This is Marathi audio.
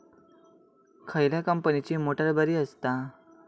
खयल्या कंपनीची मोटार बरी असता?